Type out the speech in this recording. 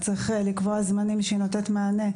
צריך לקבוע זמנים שבהם היא נותנת מענה,